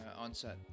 onset